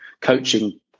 coaching